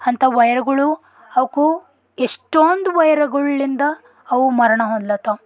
ಅಂತ ವಯರ್ಗಳು ಅವಕ್ಕೂ ಎಷ್ಟೊಂದು ವಯರ್ಗಳಿಂದ ಅವು ಮರಣ ಹೊಂದ್ಲತ್ತವೆ